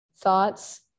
thoughts